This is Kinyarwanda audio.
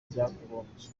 byakagombye